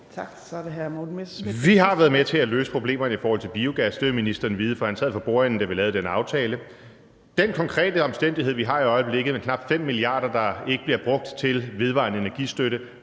Vi har været med til at løse problemerne i forhold til biogas. Det vil ministeren vide, for han sad for bordenden, da vi lavede den aftale. Vi har i øjeblikket knap 5 mia. kr., der ikke bliver brugt til vedvarende energi-støtte,